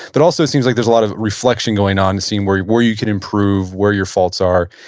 but also, it seems like there's a lot of reflection going on, seeing where you where you can improve, where your faults are,